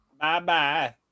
bye-bye